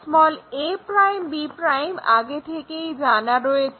a'b' আগে থেকেই জানা রয়েছে